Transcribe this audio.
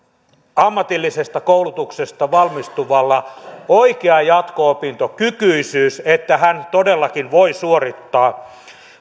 ammatillisesta koulutuksesta valmistuvalla todella on oikea jatko opintokykyisyys että hän todellakin voi suorittaa